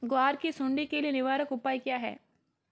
ग्वार की सुंडी के लिए निवारक उपाय क्या है?